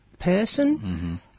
person